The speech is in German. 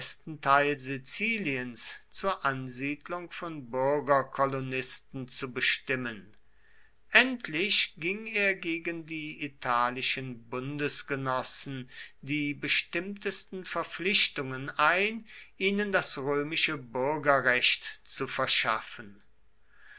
siziliens zur ansiedlung von bürgerkolonisten zu bestimmen endlich ging er gegen die italischen bundesgenossen die bestimmtesten verpflichtungen ein ihnen das römische bürgerrecht zu verschaffen